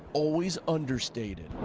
always understated.